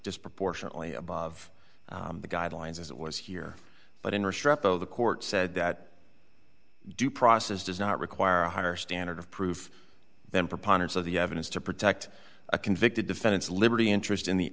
disproportionately above the guidelines as it was here but in restruck though the court said that due process does not require a higher standard of proof than preponderance of the evidence to protect a convicted defendant's liberty interest